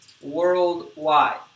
worldwide